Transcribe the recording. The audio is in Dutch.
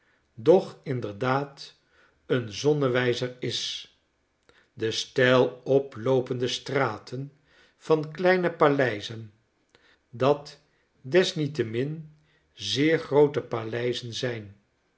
doch inderdaad een zonnewijzer is de steil oploopende straten van kleine paleizen dat desniettemin zeer groote paleizen zijn